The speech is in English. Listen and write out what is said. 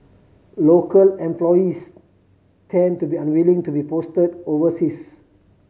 local employees tend to be unwilling to be post overseas